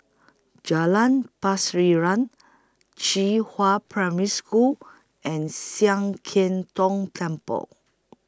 Jalan Pasiran Qihua Primary School and Sian Keng Tong Temple